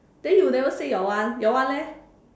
then you never say your one your one leh